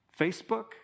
Facebook